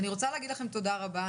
אני רוצה להגיד לכם תודה רבה.